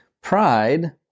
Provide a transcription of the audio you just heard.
pride